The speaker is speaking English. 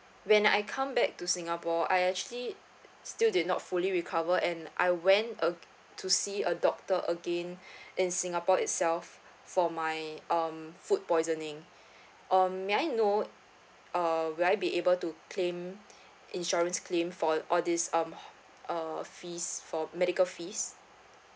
when I come back to singapore I actually still did not fully recover and I went uh to see a doctor again in singapore itself for my um food poisoning um may I know uh will I be able to claim insurance claim for all these um ho~ uh fees for medical fees